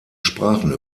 sprachen